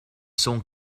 son